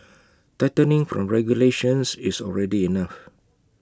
tightening from regulations is already enough